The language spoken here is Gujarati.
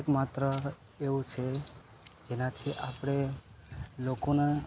એક માત્ર એવું છે જેનાથી આપણે લોકોના